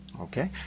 Okay